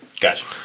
Gotcha